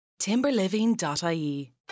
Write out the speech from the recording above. Timberliving.ie